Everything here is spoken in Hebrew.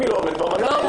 אם היא לא עומדת במדד לא.